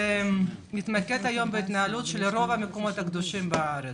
נתמקד בהתנהלות של רוב המקומות הקדושים בארץ.